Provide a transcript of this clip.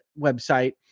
website